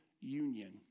union